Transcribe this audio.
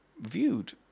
viewed